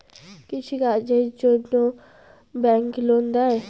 কৃষি কাজের জন্যে ব্যাংক লোন দেয়?